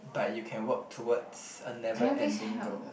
but you can work towards a never ending goal